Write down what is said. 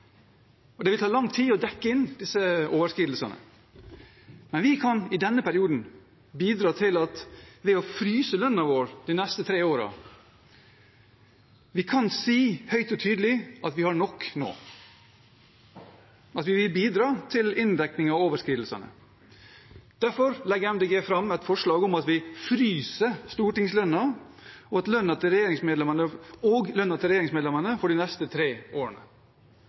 og det vil ta lang tid å dekke inn disse overskridelsene. Men vi kan, i denne perioden, bidra til det ved å fryse lønnen vår de neste tre årene. Vi kan si høyt og tydelig at vi har nok nå, at vi vil bidra til inndekning av overskridelsene. Derfor legger Miljøpartiet De Grønne fram et forslag om at vi fryser stortingslønnen og lønnen til regjeringsmedlemmene for de neste tre årene.